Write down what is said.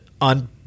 on